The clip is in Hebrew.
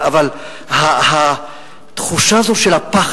אבל התחושה הזו של הפחד,